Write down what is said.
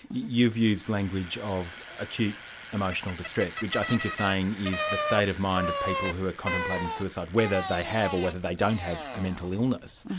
you've used language language of acute emotional distress, which i think is saying is the state of mind of people who are contemplating suicide, whether they have or whether they don't have a mental illness.